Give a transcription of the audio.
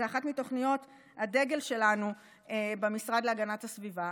זו אחת מתוכניות הדגל שלנו במשרד להגנת הסביבה.